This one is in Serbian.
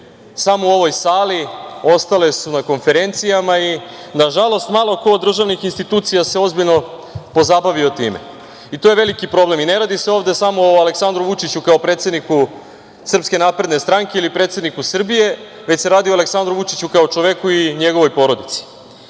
samo u ovoj sali, ostale su na konferencijama i malo ko od državnih institucija se ozbiljno pozabavio time. To je veliki problem. Ne radi se ovde samo o Aleksandru Vučiću kao o predsedniku Srpske napredne stranke ili predsedniku Srbije, već se radi o Aleksandru Vučiću kao čoveku i njegovoj porodici. Nažalost,